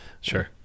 sure